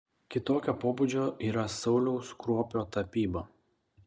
kitokio pobūdžio yra sauliaus kruopio tapyba